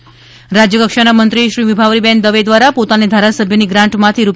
વિભાવરીબહેન દવે રાજ્યકક્ષાના મંત્રી શ્રી વિભાવરીબેન દવે દ્વારા પોતાની ધારાસભ્યની ગ્રાન્ટમાંથી રૂ